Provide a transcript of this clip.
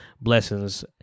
blessings